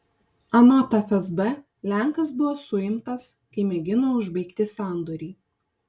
anot fsb lenkas buvo suimtas kai mėgino užbaigti sandorį